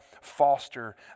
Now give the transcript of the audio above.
foster